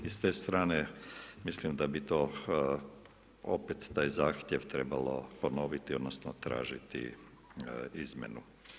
I s te strane mislim da bi to opet taj zahtjev trebalo ponoviti, odnosno tražiti izmjene.